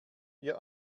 wir